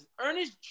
Ernest